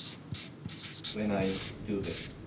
happens when i do this,